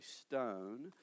stone